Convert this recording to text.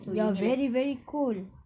ya very very cold